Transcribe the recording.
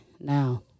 now